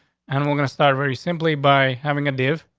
and we're gonna start very simply by having a div.